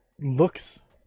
looks